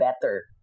better